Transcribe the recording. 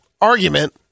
argument